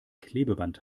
klebeband